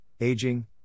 aging